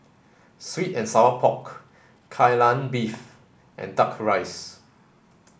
sweet and sour pork Kai Lan Beef and duck rice